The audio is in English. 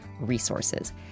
resources